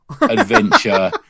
adventure